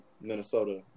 Minnesota